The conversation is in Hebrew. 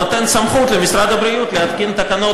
נותן סמכות למשרד הבריאות להתקין תקנות